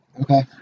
Okay